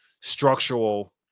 structural